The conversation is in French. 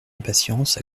impatience